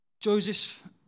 Joseph